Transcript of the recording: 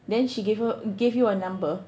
then she gave her gave you her number